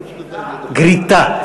גרִיטה.